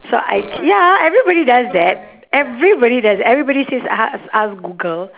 so I ya everybody does that everybody does that everybody says ask ask google